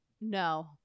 No